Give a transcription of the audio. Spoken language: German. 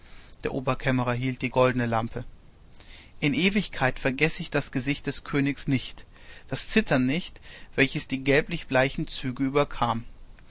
der oberkämmerer hielt die goldene lampe in ewigkeit vergeß ich das gesicht des königs nicht das zittern nicht welches die gelblich bleichen züge überkam